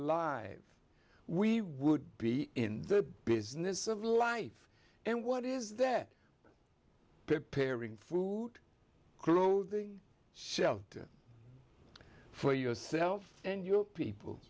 live we would be in the business of life and what is that pairing food clothing shelter for yourself and your people